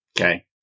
Okay